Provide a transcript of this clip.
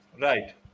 Right